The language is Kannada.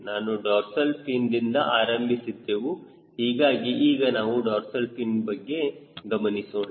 ನಾನು ಡಾರ್ಸಲ್ ಫಿನ್ದಿಂದ ಆರಂಭಿಸಿದ್ದೇವು ಹೀಗಾಗಿ ಈಗ ನಾವು ಇಲ್ಲಿ ಡಾರ್ಸಲ್ ಫಿನ್ ಗಮನಿಸೋಣ